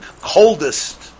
coldest